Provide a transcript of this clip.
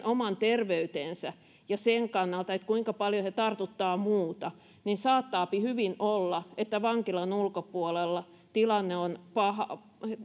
oman terveyden ja sen kannalta kuinka paljon he tartuttavat muita saattaapi hyvin olla että vankilan ulkopuolella tilanne on